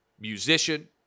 musician